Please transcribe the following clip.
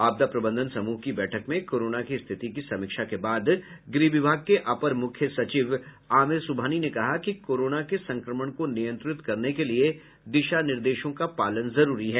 आपदा प्रबंधन समूह की बैठक में कोरोना की स्थिति की समीक्षा के बाद गृह विभाग के अपर मुख्य सचिव आमिर सुबहानी ने कहा कि कोरोना के संक्रमण को नियंत्रित करने के लिए दिशा निर्देशों का पालन जरूरी है